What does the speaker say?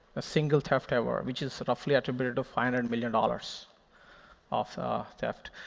a single theft ever, which is roughly attributable to five hundred million dollars of ah theft.